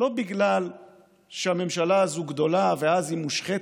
לא בגלל שהממשלה הזאת גדולה ואז היא מושחתת,